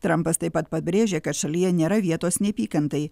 trampas taip pat pabrėžė kad šalyje nėra vietos neapykantai